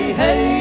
hey